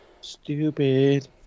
Stupid